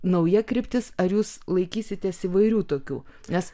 nauja kryptis ar jūs laikysitės įvairių tokių nes